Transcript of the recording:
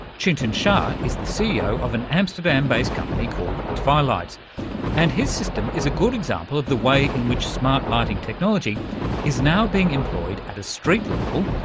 chintan shah is the ceo of an amsterdam-based company called tvilight. and his system is a good example of the way in which smart lighting technology is now being employed at a street level,